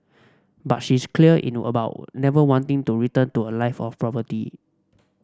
but she's clear in about never wanting to return to a life of poverty